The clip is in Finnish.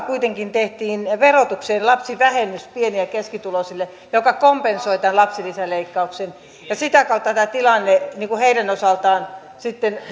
kuitenkin tehtiin verotukseen pieni ja keskituloisille lapsivähennys joka kompensoi tämän lapsilisäleikkauksen ja sitä kautta tämä tilanne heidän osaltaan